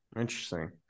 Interesting